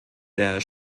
der